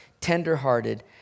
tenderhearted